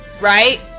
right